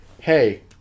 hey